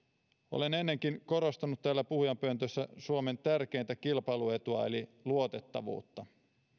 olen ennenkin korostanut täällä puhujanpöntössä suomen tärkeintä kilpailuetua eli luotettavuutta